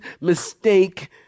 mistake